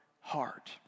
heart